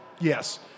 yes